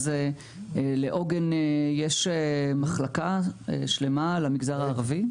לעוגן יש מחלקה שלמה למגזר הערבי,